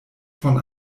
von